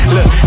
Look